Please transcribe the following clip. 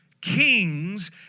kings